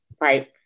right